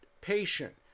patient